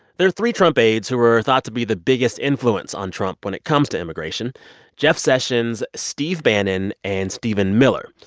there are three trump aides who were thought to be the biggest influence on trump when it comes to immigration jeff sessions, steve bannon, and stephen miller.